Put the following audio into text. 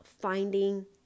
finding